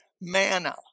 manna